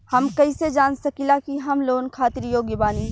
हम कईसे जान सकिला कि हम लोन खातिर योग्य बानी?